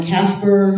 Casper